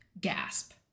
Gasp